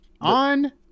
On